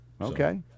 okay